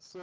so